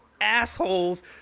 assholes